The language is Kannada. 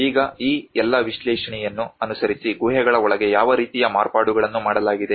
ಈಗ ಈ ಎಲ್ಲಾ ವಿಶ್ಲೇಷಣೆಯನ್ನು ಅನುಸರಿಸಿ ಗುಹೆಗಳ ಒಳಗೆ ಯಾವ ರೀತಿಯ ಮಾರ್ಪಾಡುಗಳನ್ನು ಮಾಡಲಾಗಿದೆ